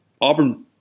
Auburn